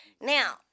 Now